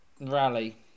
rally